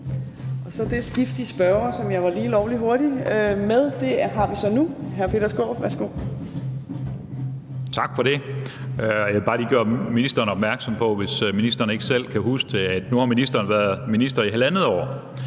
Torp): Det skift af spørger, som jeg var lige vel hurtig med før, har vi så nu. Hr. Peter Skaarup, værsgo. Kl. 15:37 Peter Skaarup (DF): Tak for det. Jeg vil bare lige gøre ministeren opmærksom på, hvis ministeren ikke selv kan huske det, at nu har ministeren været minister i halvandet år,